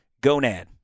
Gonad